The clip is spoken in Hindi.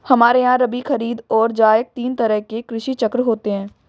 हमारे यहां रबी, खरीद और जायद तीन तरह के कृषि चक्र होते हैं